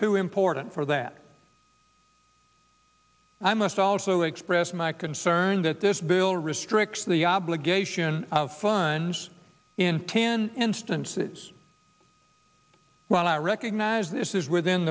too important for that i must also express my concern that this bill restricts the obligation of funds in ten instances when i recognize this is within